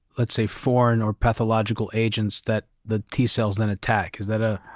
let's say foreign or pathological agents that the t-cells then attack. is that a.